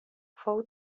fou